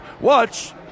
Watch